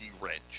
wrench